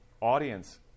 audience